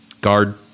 guard